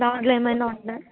కవర్లో ఏమైనా ఉన్నాయా